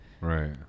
right